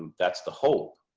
that's the hope